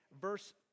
verse